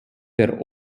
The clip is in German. der